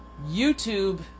YouTube